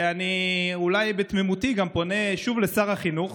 ואני, אולי בתמימותי, פונה גם שוב לשר החינוך,